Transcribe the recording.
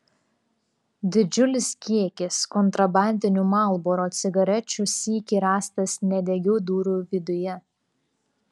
didžiulis kiekis kontrabandinių marlboro cigarečių sykį rastas nedegių durų viduje